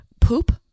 Poop